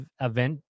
event